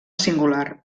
singular